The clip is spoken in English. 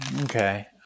Okay